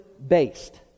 based